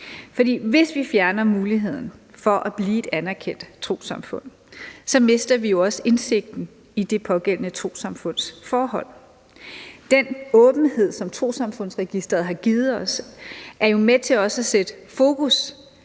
hvis vi fjerner muligheden for at blive et anerkendt trossamfund, mister vi jo også indsigten i det pågældende trossamfunds forhold. Den åbenhed, som Trossamfundsregistret har givet os, er jo også med til at sætte fokus